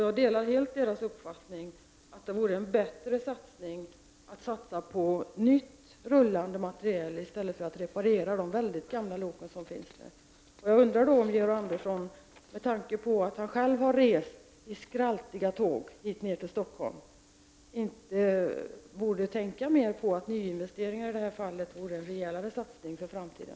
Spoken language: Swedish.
Jag delar helt lokförarnas uppfattning att det vore bättre att satsa på ny rullande materiel i stället för att reparera dessa gamla lok. Jag undrar om Georg Andersson med tanke på att han själv har rest med skraltiga tåg hit ner till Stockholm inte borde ha förståelse för att nyinvesteringar i det här fallet vore en rejälare satsning för framtiden.